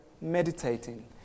meditating